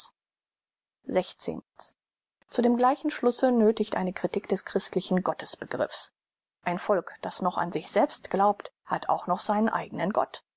zu dem gleichen schlusse nöthigt eine kritik des christlichen gottesbegriffs ein volk das noch an sich selbst glaubt hat auch noch seinen eignen gott